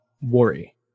worry